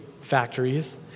factories